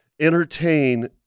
entertain